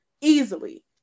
easily